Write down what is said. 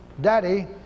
Daddy